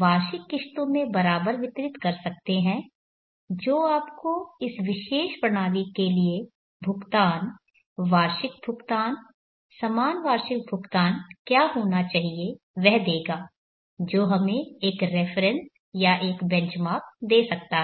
वार्षिक किश्तों में बराबर वितरित कर सकते हैं जो आपको इस विशेष प्रणाली के लिए भुगतान वार्षिक भुगतान समान वार्षिक भुगतान क्या होना चाहिए वह देगा जो हमें एक रेफरेन्स या एक बेंचमार्क दे सकता है